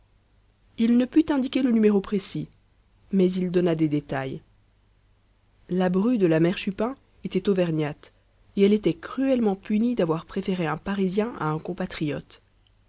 il ne put indiquer le numéro précis mais il donna des détails la bru de la mère chupin était auvergnate et elle était cruellement punie d'avoir préféré un parisien à un compatriote